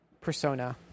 Persona